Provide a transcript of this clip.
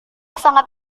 sangat